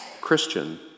Christian